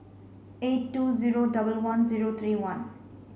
eight two zero double one zero three one